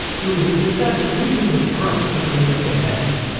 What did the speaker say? who've dispatched legions of grunts to clean up the mess.